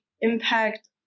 impact